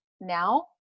now